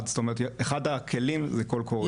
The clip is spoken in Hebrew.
אחד הכלים זה קול קורא,